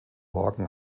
morgen